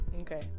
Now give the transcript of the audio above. Okay